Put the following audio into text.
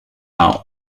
our